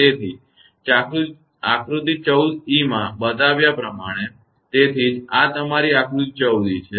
તેથી આકૃતિ 14 e માં બતાવ્યા પ્રમાણે તેથી આ તમારી આકૃતિ 14 e છે